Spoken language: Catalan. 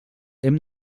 hem